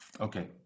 Okay